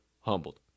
humbled